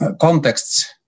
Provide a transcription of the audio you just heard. contexts